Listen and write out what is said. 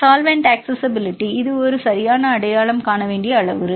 solvent accessibility இது ஒரு சரியான அடையாளம் காண வேண்டிய அளவுருக்கள்